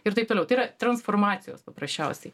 ir taip toliau tai yra transformacijos paprasčiausiai